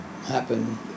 happen